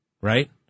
Right